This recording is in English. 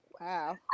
Wow